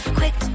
quick